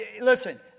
Listen